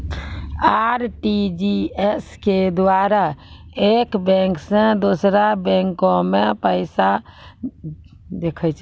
RTGS के द्वारा एक बैंक से दोसरा बैंको मे ज्यादा पैसा तोय भेजै सकै छौ वास्तविक समय सकल निपटान कहै छै?